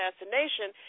assassination